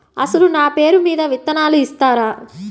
అసలు నా పేరు మీద విత్తనాలు ఇస్తారా?